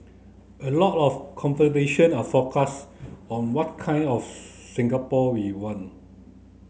a lot of conversation are focused on what kind of Singapore we want